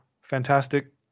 fantastic